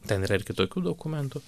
ten yra ir kitokių dokumentų